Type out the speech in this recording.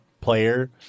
player